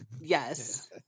Yes